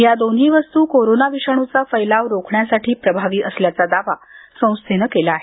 या दोन्ही वस्तू कोरोना विषाणुचा फैलाव रोखण्यासाठी प्रभावी असल्याचा दावा संस्थेने केला आहे